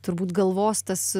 turbūt galvos tas